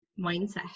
mindset